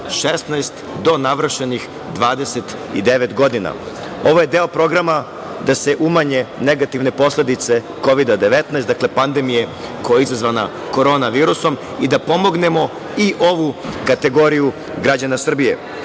19 do navršenih 29 godina. Ovo je deo Programa da se umanje negativne posledice COVIDA-19, dakle, pandemije koja je izazvana korona virusom i da pomognemo i ovu kategoriju građana Srbije. Ono